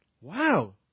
wow